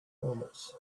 helmets